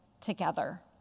together